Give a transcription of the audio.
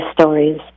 stories